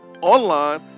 online